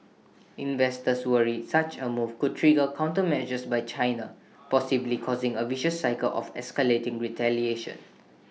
investors worry such A move could trigger countermeasures by China possibly causing A vicious cycle of escalating retaliation